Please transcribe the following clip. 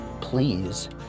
please